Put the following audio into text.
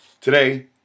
Today